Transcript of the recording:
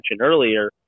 earlier